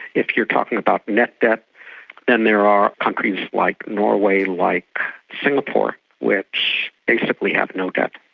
if you are talking about net debt then there are countries like norway, like singapore which basically have no debt.